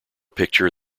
picture